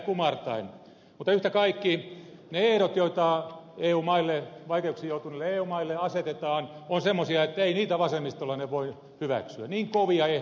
mutta yhtä kaikki ne ehdot joita vaikeuksiin joutuneille eu maille asetetaan ovat semmoisia ettei niitä vasemmistolainen voi hyväksyä niin kovia ehtoja